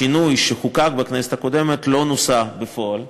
השינוי שחוקק בכנסת הקודמת לא נוסה בפועל,